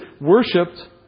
worshipped